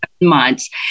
months